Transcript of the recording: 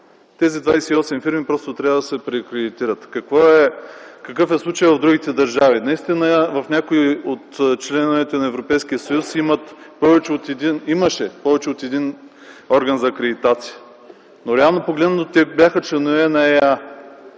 Те просто трябва да се преакредитират. Какъв е случаят в другите държави? Наистина в някои от членовете на Европейския съюз имаше повече от един орган за акредитация, но реално погледнато те бяха членове на